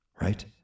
right